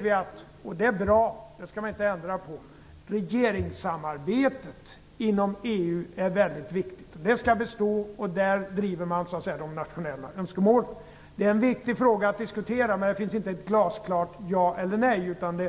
Vi vet att regeringssamarbetet inom EU är viktigt. Det är bra, och det skall vi inte ändra på. Det skall bestå, och där drivs de nationella önskemålen. Detta är en viktig fråga att diskutera, och det finns inte glasklart ja eller nej. Jag vill ta vara